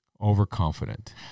overconfident